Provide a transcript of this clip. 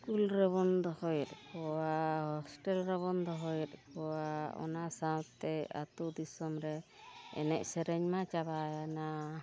school ᱨᱮᱵᱚᱱ ᱫᱚᱦᱚᱭᱮᱫ ᱠᱚᱣᱟ ᱦᱳᱥᱴᱮᱞ ᱨᱮᱵᱚᱱ ᱫᱚᱦᱚᱭᱮᱫ ᱠᱚᱣᱟ ᱚᱱᱟ ᱥᱟᱶᱛᱮ ᱟᱛᱳ ᱫᱤᱥᱚᱢ ᱨᱮ ᱮᱱᱮᱡ ᱥᱮᱨᱮᱧ ᱢᱟ ᱪᱟᱵᱟᱭᱮᱱᱟ